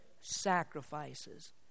sacrifices